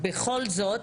בכל זאת